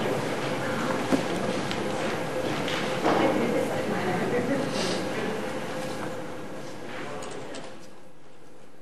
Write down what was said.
חוק הטיס, התשע"א